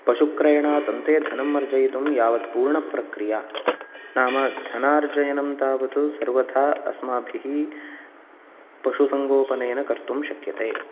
पशु क्रयणात् अन्ते धनम् अर्जयितुं यावत् पूर्ण प्रक्रिया नाम धनार्जयनं तावत् सर्वथा अस्माभिः पशु सङ्गोपनेन कर्तुं शक्यते